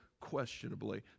questionably